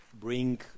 bring